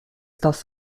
toss